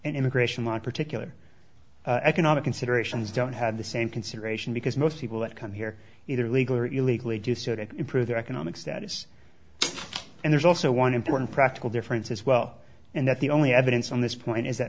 immigration law in particular economic considerations don't have the same consideration because most people that come here either legally or illegally do so to improve their economic status and there's also one important practical difference as well and that the only evidence on this point is that